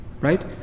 Right